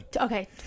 Okay